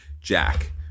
Jack